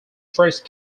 first